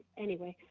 anyway,